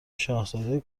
شاهزاده